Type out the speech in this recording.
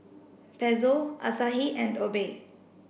Pezzo Asahi and Obey